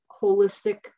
holistic